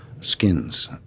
skins